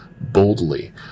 boldly